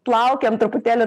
plaukiam truputėlį